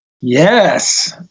yes